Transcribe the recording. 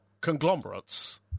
conglomerates